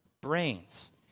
brains